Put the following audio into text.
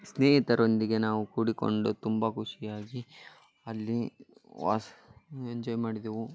ಸ್ನೇಹಿತರೊಂದಿಗೆ ನಾವು ಕೂಡಿಕೊಂಡು ತುಂಬ ಖುಷಿಯಾಗಿ ಅಲ್ಲಿ ವಾಸ್ ಎಂಜಾಯ್ ಮಾಡಿದೆವು